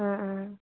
ആ ആ